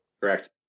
Correct